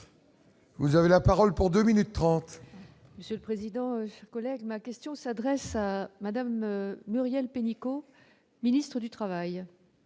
vous avez la parole pour 2 minutes 30. Monsieur le président, collègues, ma question s'adresse à Madame Muriel Pénicaud, ministre du Travail,